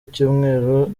icyumweru